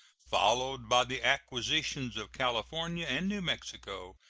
followed by the acquisitions of california and new mexico,